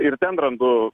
ir ten randu